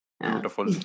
Beautiful